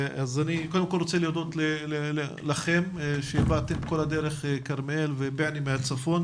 אני קודם כל רוצה להודות לכם שבאתם כל הדרך מכרמיאל ובועיינה מהצפון,